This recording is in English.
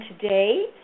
today